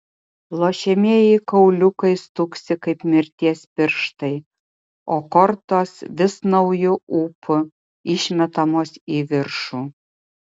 lošiamieji kauliukai stuksi kaip mirties pirštai o kortos vis nauju ūpu išmetamos į viršų